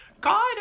God